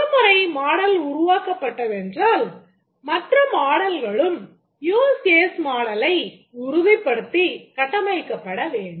ஒருமுறை மாடல் உருவாக்கப்பட்டதென்றால் மற்ற மாடல்களும் யூஸ் கேஸ் மாடலை உறுதிப்படுத்தி கட்டமைக்கப்பட வேண்டும்